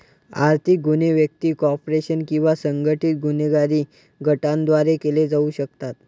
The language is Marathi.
आर्थिक गुन्हे व्यक्ती, कॉर्पोरेशन किंवा संघटित गुन्हेगारी गटांद्वारे केले जाऊ शकतात